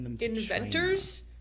inventors